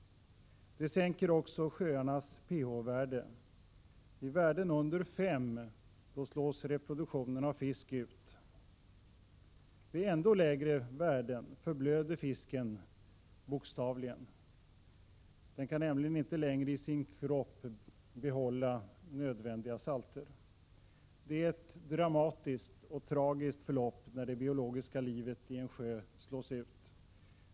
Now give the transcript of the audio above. De sänker också sjöarnas pH-värde. Vid värden under 5 slås reproduktionen av fisk ut. Vid ändå lägre värden förblöder fisken bokstavligen. Den kan nämligen inte längre i sin kropp behålla nödvändiga salter. Det är ett dramatiskt och tragiskt förlopp när det biologiska livet i en sjö slås ut.